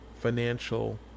financial